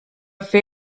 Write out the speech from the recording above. fer